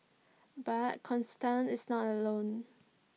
but constant is not alone